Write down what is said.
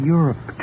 Europe